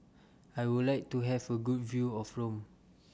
I Would like to Have A Good View of Rome